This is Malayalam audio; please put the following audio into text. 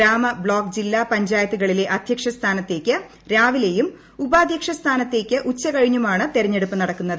ഗ്രാമ ബ്ലോക്ക് ജില്ലാ പഞ്ചായത്തുകളിലെ അദ്ധ്യക്ഷ സ്ഥാനത്തേക്ക് രാവിലെയും ഉപാധ്യക്ഷ സ്ഥാനത്തേക്ക് ഉച്ചകഴിഞ്ഞുമാണ് തെരഞ്ഞെടുപ്പ് നടക്കുന്നത്